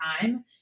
time